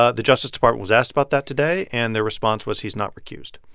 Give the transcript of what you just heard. ah the justice department was asked about that today, and their response was he's not recused.